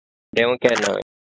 that [one] can ah